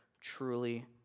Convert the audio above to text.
truly